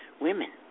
women